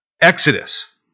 Exodus